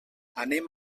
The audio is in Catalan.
anem